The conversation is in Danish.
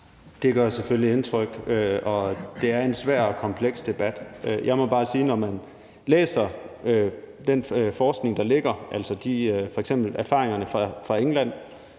Det gør selvfølgelig indtryk, og det er en svær og kompleks debat. Jeg må bare sige, at når man læser den forskning, der ligger, altså f.eks. erfaringerne fra England,